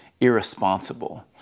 irresponsible